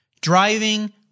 driving